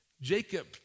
Jacob